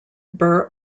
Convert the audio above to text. burr